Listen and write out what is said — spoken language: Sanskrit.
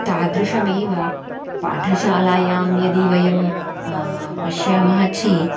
तादृशमेव पाठशालायां यदि वयं पश्यामः चेत्